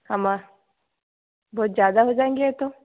हम बहुत ज़्यादा हो जाएंगे ये तो